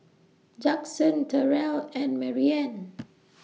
Judson Terrell and Marianne